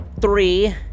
three